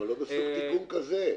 אבל לא בסוג של תיקון כזה.